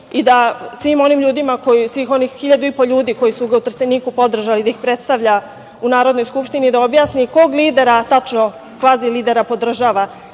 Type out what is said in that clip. i da svim onim ljudima, svih onih hiljadu i po ljudi koji su ga u Trsteniku podržali da ih predstavlja u Narodnoj skupštini, da objasni kog lidera tačno, kvazi lidera, podržava,